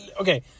Okay